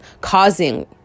causing